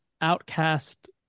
outcast